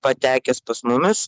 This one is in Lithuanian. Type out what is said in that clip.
patekęs pas mumis